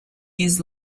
years